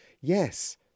Yes